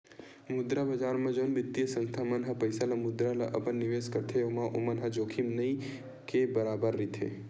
मुद्रा बजार म जउन बित्तीय संस्था मन ह पइसा ल मुद्रा ल अपन निवेस करथे ओमा ओमन ल जोखिम नइ के बरोबर रहिथे